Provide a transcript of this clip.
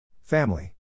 Family